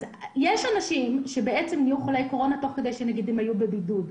יש אנשים שיהיו חולי קורונה תוך כדי שהם היו בבידוד,